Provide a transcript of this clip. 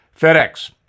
FedEx